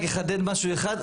אני אחדד משהו אחד.